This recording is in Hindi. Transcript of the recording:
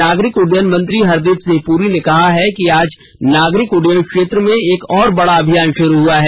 नागरिक उड्डयन मंत्री हरदीप सिंह पुरी ने कहा है कि आज नागरिक उड्डयन क्षेत्र में एक और बड़ा अभियान शुरू हुआ है